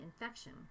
infection